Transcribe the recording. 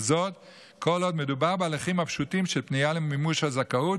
וזאת כל עוד מדובר בהליכים הפשוטים של פנייה למימוש הזכאות,